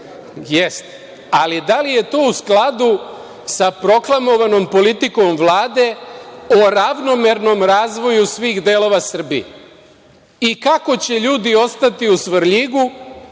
Jeste. Ali, da li je to u skladu sa proklamovanom politikom Vlade o ravnomernom razvoju svih delova Srbije? I, kako će ljudi ostati u Svrljigu